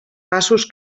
passos